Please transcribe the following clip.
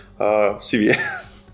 CVS